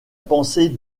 pensée